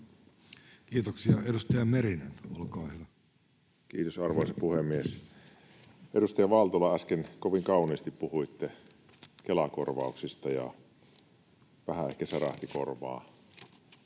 Kiitoksia. — Edustaja Merinen, olkaa hyvä. Kiitoksia, arvoisa puhemies! Edustaja Valtola, äsken kovin kauniisti puhuitte Kela-korvauksista, ja vähän ehkä särähti korvaan